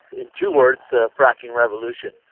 in two words, fracking revolution.